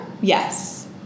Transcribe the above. yes